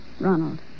Ronald